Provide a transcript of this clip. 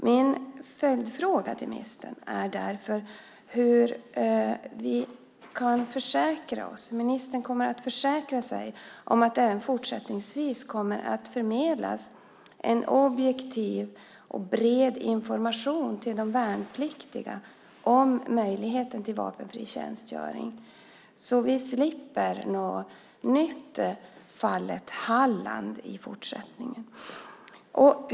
Mina följdfrågor till ministern är därför: Hur kommer ministern att försäkra sig om att det även fortsättningsvis kommer att förmedlas objektiv och bred information till de värnpliktiga om möjligheten till vapenfri tjänstgöring så att vi slipper ett nytt Hallandsfall i fortsättningen?